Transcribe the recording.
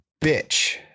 bitch